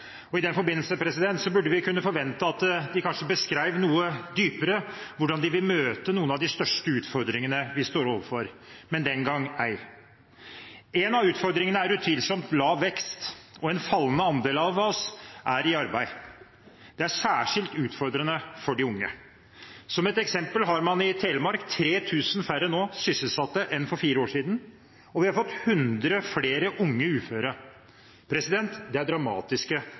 tittel. I den forbindelse burde vi kunne forvente at de kanskje beskrev noe dypere hvordan de vil møte noen av de største utfordringene vi står overfor, men den gang ei. En av utfordringene er utvilsomt lav vekst, og en fallende andel av oss er i arbeid. Det er særskilt utfordrende for de unge. Som et eksempel har man i Telemark 3 000 færre sysselsatte nå enn for fire år siden, og vi har fått hundre flere unge uføre. Det er dramatiske